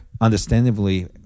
understandably